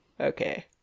Okay